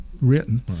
written